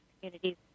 communities